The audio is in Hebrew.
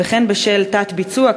וכן בשל תת-ביצוע,